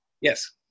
Yes